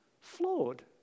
flawed